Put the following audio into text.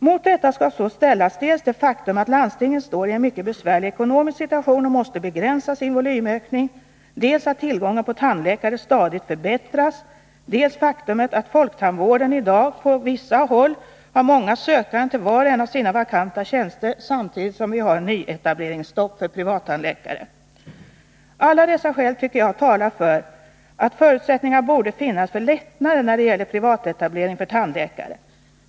Mot detta skall alltså ställas dels det faktum att landstingen befinner sig i en mycket besvärlig ekonomisk situation och måste begränsa sin volymökning, dels att tillgången på tandläkare stadigt förbättras, dels faktumet att folktandvården i dag på vissa håll har många sökande till sina vakanta tjänster samtidigt som vi har nyetableringsstopp för privattandläkare. Alla dessa skäl tycker jag talar för att förutsättningar borde finnas för lättnader när det gäller privatetablering för tandläkare.